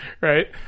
Right